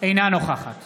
אינה נוכחת